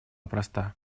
проста